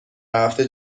هفته